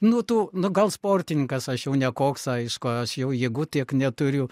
nu tu nu gal sportininkas aš jau nekoks aišku aš jau jėgų tiek neturiu